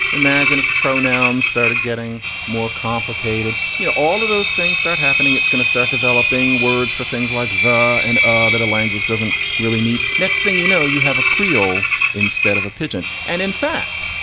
imagine if the pronoun started getting more complicated. you know, all of those things start happening. it's going to start developing words for things like the and ah that the language doesn't really need. next thing you know, you have a creole instead of a pigeon. and in fact,